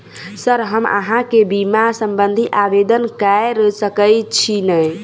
Sir हम अहाँ केँ बीमा संबधी आवेदन कैर सकै छी नै?